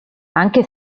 anche